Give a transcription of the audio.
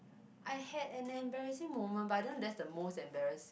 I had an embarrassing moment but I don't know that's the most embarrass